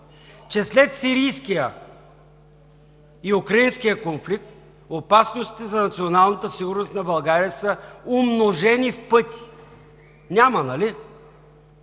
че след сирийския и украинския конфликт, опасностите за националната сигурност на България са умножени в пъти? Няма, нали?